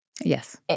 Yes